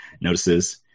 notices